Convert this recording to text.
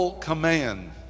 command